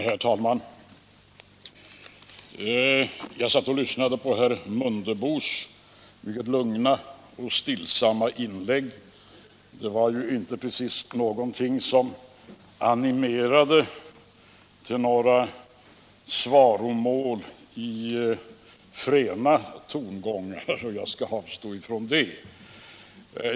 Herr talman! Jag satt och lyssnade till herr Mundebos mycket lugna och stillsamma inlägg. Det var ju inte precis någonting som animerade till några svaromål i fräna tongångar, så jag skall avstå från sådana.